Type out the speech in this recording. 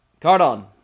Cardon